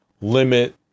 limit